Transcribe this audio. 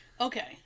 Okay